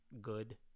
good